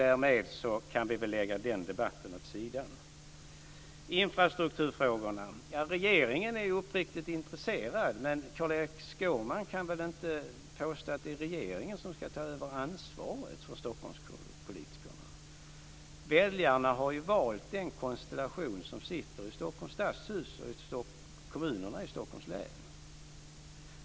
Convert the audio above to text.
Därmed kan vi väl lägga den debatten åt sidan. När det gäller infrastrukturfrågorna är regeringen uppriktigt intresserad. Carl-Erik Skårman kan väl inte påstå att det är regeringen som ska ta över ansvaret från Stockholmspolitikerna. Väljarna har ju valt den konstellation som nu sitter i Stockholms stadshus och i kommuner i Stockholms län.